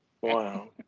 wow